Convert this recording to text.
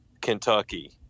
Kentucky